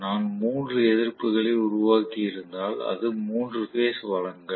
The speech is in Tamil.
நான் மூன்று எதிர்ப்புகளை உருவாக்கியிருந்தால் அது மூன்று பேஸ் வழங்கல்